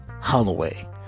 Holloway